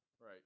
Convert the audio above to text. Right